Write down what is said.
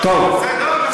בסדר?